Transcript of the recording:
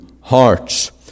hearts